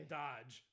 dodge